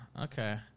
Okay